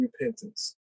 repentance